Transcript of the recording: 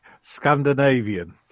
Scandinavian